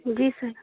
जी sir